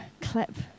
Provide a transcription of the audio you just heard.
clip